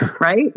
Right